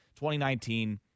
2019